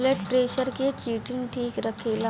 blood pressure के चिटिन ठीक रखेला